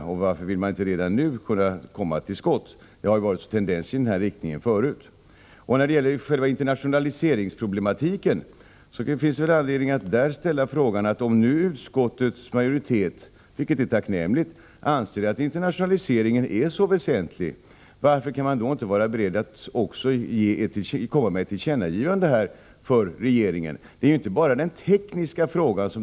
Varför vill man inte redan nu komma till skott? Det har funnits tendenser i denna riktning tidigare. När det gäller själva internationaliseringsproblematiken finns det anledning att ställa frågan: Om utskottets majoritet anser att — vilket är tacknämligt — internationaliseringen är så väsentlig, varför är man då inte beredd att göra ett tillkännagivande till regeringen? Detta gäller inte bara den tekniska frågan.